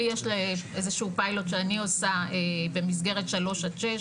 לי יש איזה שהוא פיילוט שאני עושה במסגרת שלוש עד שש,